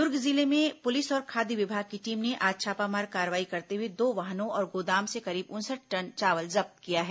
दुर्ग जिले में पुलिस और खाद्य विभाग की टीम ने आज छापामार कार्रवाई करते हुए दो वाहनों और गोदाम से करीब उनसठ टन चावल जब्त किया है